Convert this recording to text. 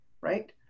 right